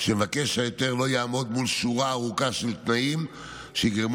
שמבקש ההיתר לא יעמוד מול שורה ארוכה של תנאים שיגרמו